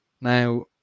Now